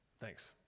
Thanks